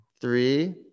three